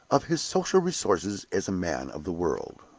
of his social resources as a man of the world.